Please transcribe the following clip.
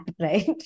right